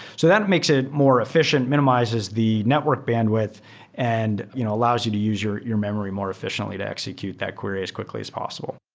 so makes it more effi cient. minimizes the network bandwidth and you know allows you to use your your memory more effi ciently to execute that query as quickly as possible.